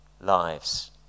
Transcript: lives